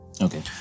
okay